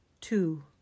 Two